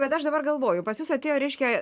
bet aš dabar galvoju pas jus atėjo reiškia